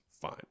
fine